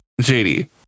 JD